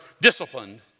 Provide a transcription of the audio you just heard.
disciplined